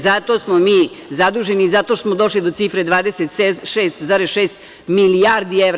Zato smo mi zaduženi i zato smo došli do cifre od 26,6 milijardi evra.